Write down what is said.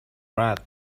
bright